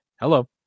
Hello